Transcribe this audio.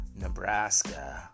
Nebraska